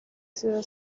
ciudad